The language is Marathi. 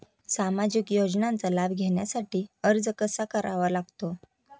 सामाजिक योजनांचा लाभ घेण्यासाठी अर्ज कसा करावा लागतो?